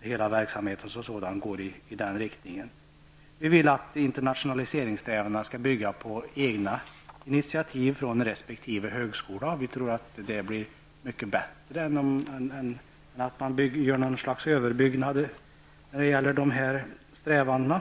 hela verksamheten som sådan går i den riktningen. Vi vill att internationaliseringen skall bygga på egna initiativ från resp. högskola. Vi tror att detta blir mycket bättre än om man gör någon slags överbyggnad när det gäller dessa strävanden.